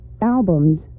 albums